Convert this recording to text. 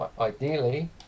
ideally